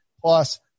plus